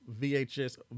VHS